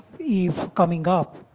if coming up,